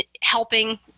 helping